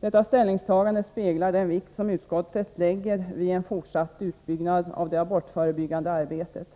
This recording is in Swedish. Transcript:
Detta ställningstagande speglar den vikt som utskotten lägger vid en fortsatt utbyggnad av det abortförebyggande arbetet.